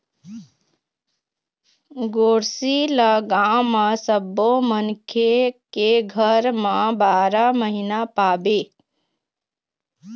गोरसी ल गाँव म सब्बो मनखे के घर म बारा महिना पाबे